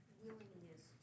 willingness